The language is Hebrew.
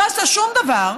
היא לא עשתה שום דבר,